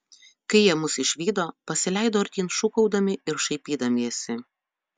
kai jie mus išvydo pasileido artyn šūkaudami ir šaipydamiesi